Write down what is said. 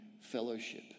fellowship